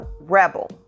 rebel